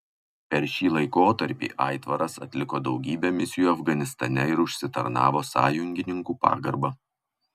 per šį laikotarpį aitvaras atliko daugybę misijų afganistane ir užsitarnavo sąjungininkų pagarbą